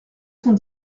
cent